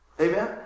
Amen